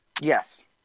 Yes